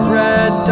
red